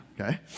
Okay